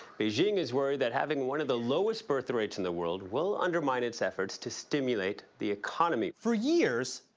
beijing is worried that having one of the lowest birth rates in the world will undermine its efforts to stimulate the economy. for years,